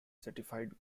certified